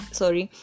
sorry